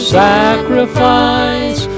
sacrifice